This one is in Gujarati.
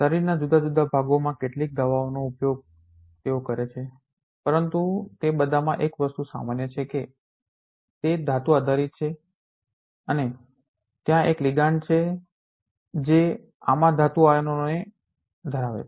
શરીરના જુદા જુદા ભાગોમાં કેટલીક દવાઓનો ઉપયોગ તેઓ કરે છે પરંતુ તે બધામાં એક વસ્તુ સામાન્ય છે કે તે ધાતુ આધારિત છે અને ત્યાં એક લિગાન્ડ છે જે આમાં ધાતુના આયનોને ધરાવે છે